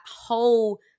whole